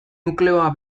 nukleoa